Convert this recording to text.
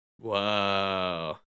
Wow